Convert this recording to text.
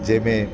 जंहिंमें